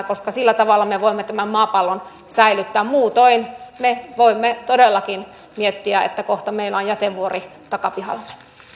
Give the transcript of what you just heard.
koska sillä tavalla me voimme tämän maapallon säilyttää muutoin me voimme todellakin miettiä että kohta meillä on jätevuori takapihallamme